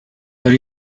are